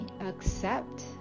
accept